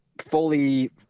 fully